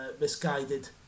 misguided